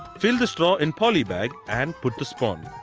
fill the straw in poly bag and put the spawn.